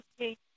Okay